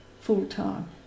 full-time